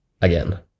again